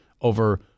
over